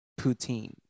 Poutine